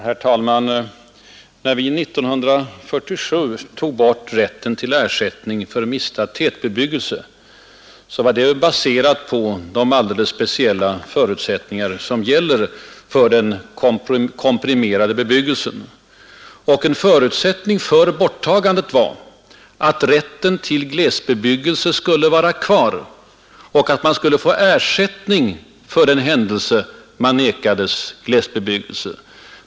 Herr talman! När vi 1947 tog bort rätten till ersättning för mistad tätbebyggelse var det baserat på de alldeles speciella förutsättningar som gäller för komprimerad bebyggelse. En förutsättning för borttagandet var att rätten till glesbebyggelse skulle vara kvar och att man skulle få ersättning för den händelse man nekades glesbebyggelse.